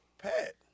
Pat